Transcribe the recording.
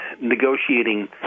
negotiating